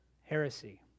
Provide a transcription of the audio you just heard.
heresy